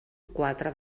quatre